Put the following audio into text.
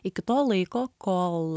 iki to laiko kol